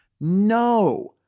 No